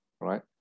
right